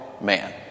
man